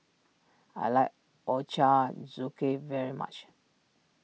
I like Ochazuke very much